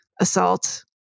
assault